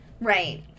Right